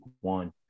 one